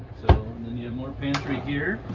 so, and then you have more pantry here.